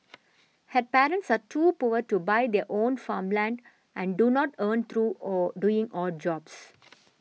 her parents are too poor to buy their own farmland and do not earn through or doing odd jobs